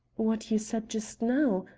what you said just now.